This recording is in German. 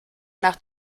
nach